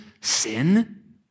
sin